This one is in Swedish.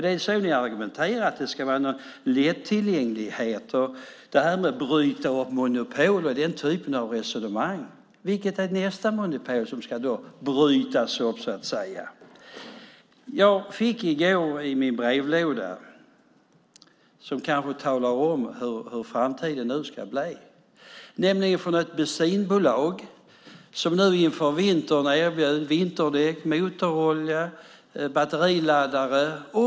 Det är så ni har argumenterat med lättillgängligheten, att bryta upp monopol och den typen av resonemang. Vilket är nästa monopol som ska brytas upp? Jag fick i går i min brevlåda något som kanske talar om hur framtiden ska bli. Det var från ett bensinbolag som nu inför vintern erbjöd vinterdäck, motorolja och batteriladdare.